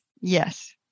Yes